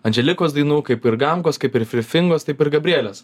andželikos dainų kaip ir gamkos kaip ir free fingos taip ir gabrielės